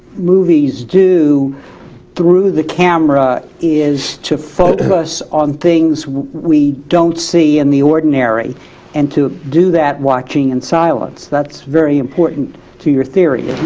movies do through the camera is to focus on things we don't see in the ordinary and to do that watching in silence. that's very important to your theory